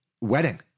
wedding